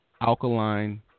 alkaline